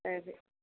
तैं